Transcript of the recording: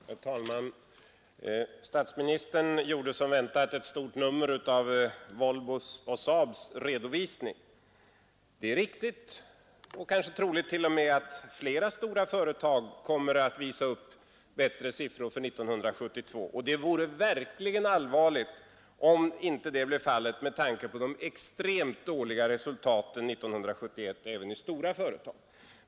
Herr talman! Statsministern gjorde som väntat ett stort nummer av Volvos och SAAB:s redovisning. Det är riktigt och kanske t.o.m. troligt att flera stora företag kommer att visa upp bättre siffror för 1972, och det vore verkligen allvarligt om inte så blev fallet med tanke på de extremt dåliga resultaten 1971 även i stora företag.